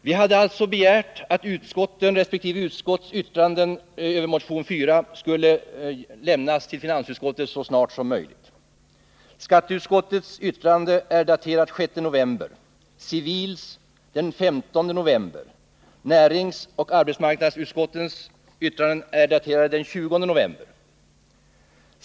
Vi hade alltså begärt att resp. utskotts yttrande över motionen 4 skulle lämnas till finansutskottet så snart som möjligt. Skatteutskottets yttrande är daterat den 6 november, civilutskottets den 15 november, näringsoch arbetsmarknadsutskottens yttranden är daterade den 20 november.